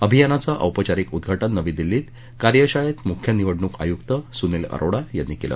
अभियानाचं औपचारिक उद्घाटन नवी दिल्ली ॐ कार्यशाळेत मुख्य निवडणूक आयुक सुनील अरोडा यांनी केलं